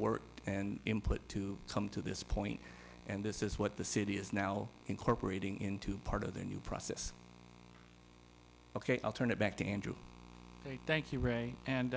work and input to come to this point and this is what the city is now incorporating into part of the new process ok i'll turn it back to andrew thank you ray and